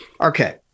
Okay